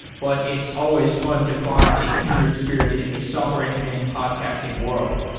but it's always fun to find a kindred spirit in the software engineering podcasting world